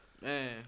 man